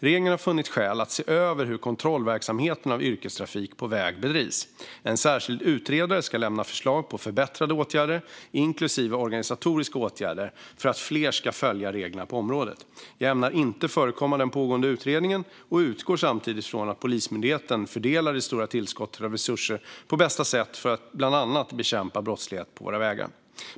Regeringen har funnit skäl att se över hur verksamheten med kontroll av yrkestrafik på väg bedrivs. En särskild utredare ska lämna förslag på förbättrande åtgärder, inklusive organisatoriska åtgärder, för att fler ska följa reglerna på området. Jag ämnar inte förekomma den pågående utredningen och utgår samtidigt från att Polismyndigheten fördelar det stora tillskottet av resurser på bästa sätt för att bland annat bekämpa brottsligheten på våra vägar.